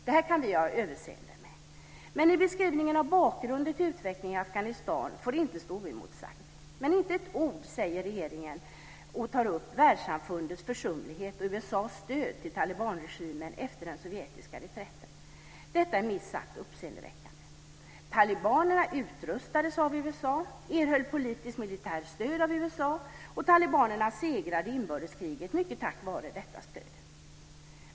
Det kan vi ha överseende med. Men beskrivningen av bakgrunden till utvecklingen i Afghanistan får inte stå oemotsagd. Regeringen tar inte med ett ord upp världssamfundets försumlighet och USA:s stöd till talibanregimen efter den sovjetiska reträtten. Detta är minst sagt uppseendeväckande. Talibanerna utrustades av USA, erhöll politiskt och militärt stöd av USA, och talibanerna segrade i inbördeskriget mycket tack vare detta stöd.